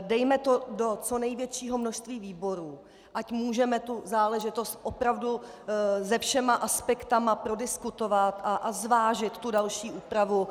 Dejme to do co největšího množství výborů, ať můžeme tu záležitost opravdu se všemi aspekty prodiskutovat a zvážit další úpravu.